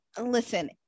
listen